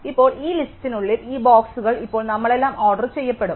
ഇപ്പോൾ ഈ ലിസ്റ്റിനുള്ളിൽ ഈ ബോക്സുകൾ ഇപ്പോൾ നമ്മളെല്ലാം ഓർഡർ ചെയ്യപ്പെടും